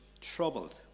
troubled